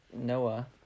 Noah